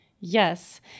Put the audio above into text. Yes